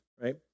right